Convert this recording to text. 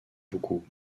beaucoup